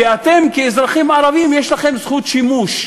ואתם, כאזרחים ערבים, יש לכם זכות שימוש,